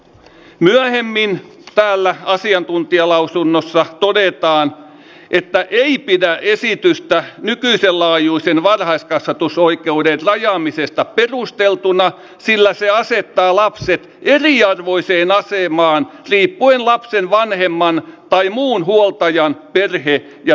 myöhemmin täällä asiantuntijalausunnossa todetaan että liitto ei pidä esitystä nykyisen laajuisen varhaiskasvatusoikeuden rajaamisesta perusteltuna sillä se asettaa lapset eriarvoiseen asemaan riippuen lapsen vanhemman tai muun huoltajan perhe ja työmarkkinatilanteesta